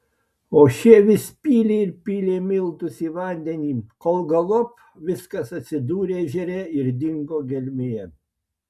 o šie vis pylė ir pylė miltus į vandenį kol galop viskas atsidūrė ežere ir dingo gelmėje